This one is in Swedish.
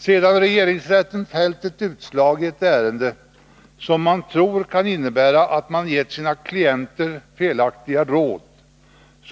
Sedan regeringsrätten fällt ett utslag i ett ärende som LRF tror kan innebära att man gett sina klienter felaktiga råd,